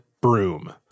broom